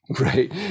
Right